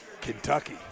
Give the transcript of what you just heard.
Kentucky